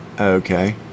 Okay